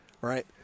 Right